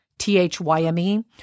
T-H-Y-M-E